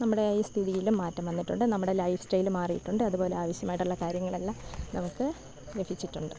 നമ്മടെ ഈ സ്ഥിതിയിലും മാറ്റം വന്നിട്ടുണ്ട് നമ്മടെ ലൈഫ് സ്റ്റയില് മാറിയിട്ടുണ്ട് അതുപോലെ ആവിശ്യമായിട്ടുള്ള കാര്യങ്ങളെല്ലാം നമുക്ക് ലഭിച്ചിട്ടുണ്ട്